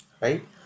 right